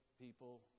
people